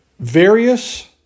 Various